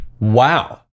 Wow